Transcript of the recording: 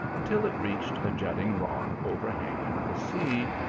until it reached a jutting rock overhanging the sea,